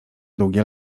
długie